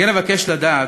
כמו כן, אבקש לדעת,